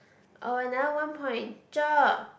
orh another one point ~cher